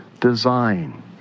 design